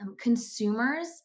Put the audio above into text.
consumers